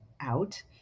out